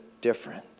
different